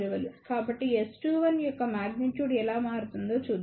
కాబట్టి S21 యొక్క magnitude ఎలా మారుతుందో చూద్దాం